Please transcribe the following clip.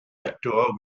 eto